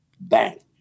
bang